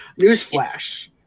newsflash